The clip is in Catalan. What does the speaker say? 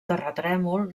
terratrèmol